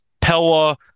Pella